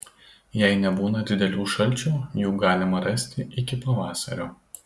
jei nebūna didelių šalčių jų galima rasti iki pavasario